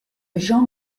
jean